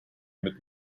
mit